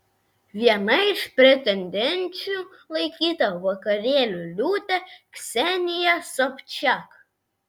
viena iš pretendenčių laikyta vakarėlių liūtė ksenija sobčiak